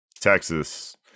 Texas